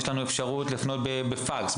בפקס,